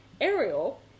Ariel